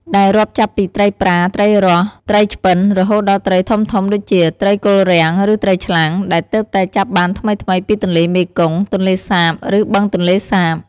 ដែលរាប់ចាប់ពីត្រីប្រា ត្រីរស់ ត្រីឆ្ពិន រហូតដល់ត្រីធំៗដូចជាត្រីគល់រាំង ឬត្រីឆ្លាំង ដែលទើបតែចាប់បានថ្មីៗពីទន្លេមេគង្គ ទន្លេសាប ឬបឹងទន្លេសាប។